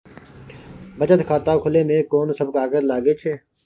बचत खाता खुले मे कोन सब कागज लागे छै?